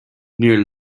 near